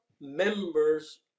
members